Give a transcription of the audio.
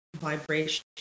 vibration